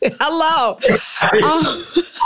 hello